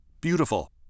Beautiful